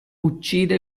uccide